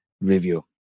review